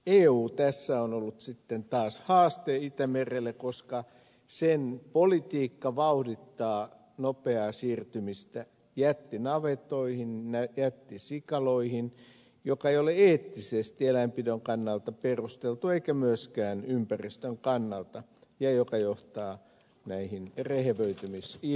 eu tässä on ollut sitten taas haaste itämerelle koska sen politiikka vauhdittaa nopeaa siirtymistä jättinavetoihin jättisikaloihin joka ei ole eettisesti eläinpidon kannalta perusteltua eikä myöskään ympäristön kannalta ja joka johtaa näihin rehevöitymisilmiöihin